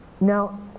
Now